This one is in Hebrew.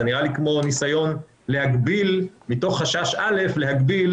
זה נראה לי כמו ניסיון, מתוך חשש א', להגביל